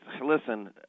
listen